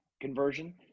conversion